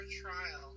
trial